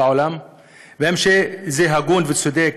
והאם זה הוגן וצודק